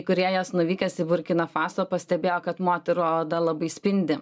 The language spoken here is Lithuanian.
kurėjas nuvykęs į burkina fasą pastebėjo kad moterų oda labai spindi